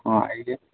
हाँ आइए